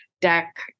deck